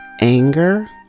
anger